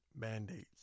mandates